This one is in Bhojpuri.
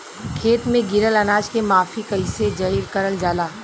खेत में गिरल अनाज के माफ़ी कईसे करल जाला?